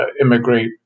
immigrate